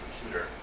computer